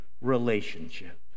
relationship